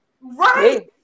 Right